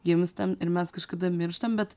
gimstam ir mes kažkada mirštam bet